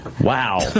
Wow